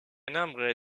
nombre